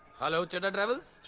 hello. chaddha travels.